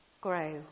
grow